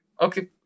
okay